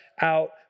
out